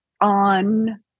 on